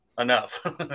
enough